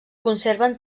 conserven